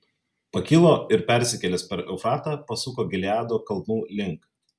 pakilo ir persikėlęs per eufratą pasuko gileado kalnų link